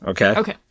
Okay